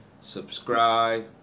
subscribe